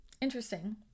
interesting